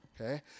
okay